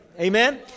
Amen